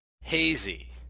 hazy